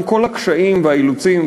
עם כל הקשיים והאילוצים,